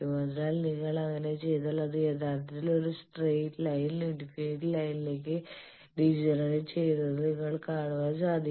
അതിനാൽ നിങ്ങൾ അങ്ങനെ ചെയ്താൽ അത് യഥാർത്ഥത്തിൽ ഒരു സ്ട്രൈറ്റ് ലൈൻ ഇൻഫിനിറ്റ് ലൈൻലേക്ക് ഡീജനറേറ്റ് ചെയുന്നത് നിങ്ങൾക്ക് കാണുവാൻ സാധിക്കും